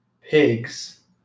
pigs